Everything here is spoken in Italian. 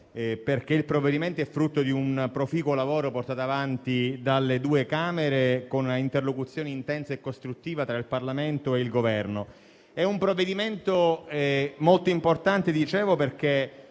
perché il provvedimento è frutto di un proficuo lavoro portato avanti dalle due Camere, con un'interlocuzione intensa e costruttiva tra Parlamento e Governo. Si tratta di un provvedimento molto importante, perché,